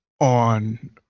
on